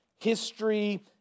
history